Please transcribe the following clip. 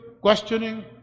questioning